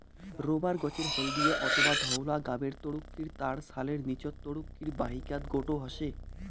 rubber গছের হলদিয়া অথবা ধওলা গাবের তরুক্ষীর তার ছালের নীচত তরুক্ষীর বাহিকাত গোটো হসে